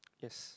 yes